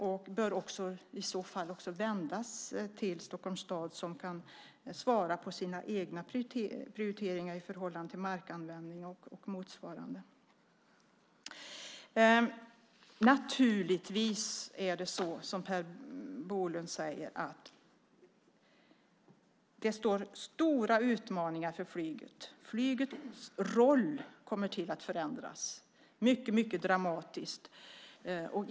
De bör också ställas till Stockholms stad, som kan svara på frågor om sina egna prioriteringar i förhållande till markanvändning och motsvarande. Naturligtvis är det som Per Bolund säger; flyget står inför stora utmaningar. Flygets roll kommer att förändras mycket dramatiskt.